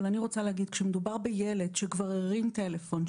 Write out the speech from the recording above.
אבל אני רוצה להגיד: כשמדובר בילד שכבר הרים טלפון,